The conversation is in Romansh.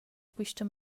quista